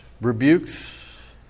Rebukes